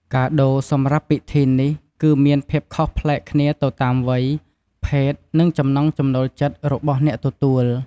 កាដូសម្រាប់ពិធីនេះ គឺមានភាពខុសប្លែកគ្នាទៅតាមវ័យ ភេទ និងចំណង់ចំណូលចិត្តរបស់អ្នកទទួល។